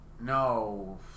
no